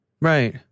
Right